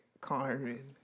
Carmen